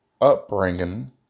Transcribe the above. upbringing